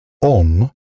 on